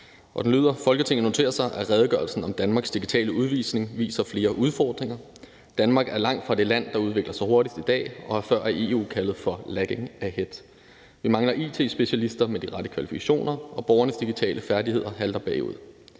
vedtagelse »Folketinget noterer sig, at redegørelsen om Danmarks digitale udvikling viser flere udfordringer. Danmark er langt fra det land, der udvikler sig hurtigst i dag, og er før af EU kaldt for ”lagging ahead”. Vi mangler it-specialister med de rette kvalifikationer, og borgernes basale digitale færdigheder halter bagud.